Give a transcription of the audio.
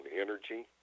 energy